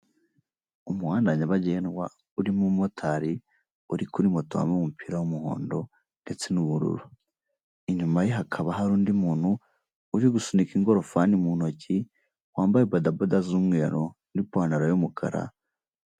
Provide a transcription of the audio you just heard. Umuhanda nyabagendwa urimo umumotari uri kuri moto wambaye umupira w'umuhondo ndetse n'ubururu, inyuma ye hakaba hari undi muntu uri gusunika ingorofani mu ntoki, wambaye badaboda z'umweru n'ipantaro y'umukara.